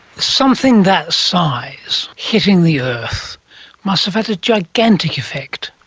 something that size hitting the earth must have had a gigantic effect.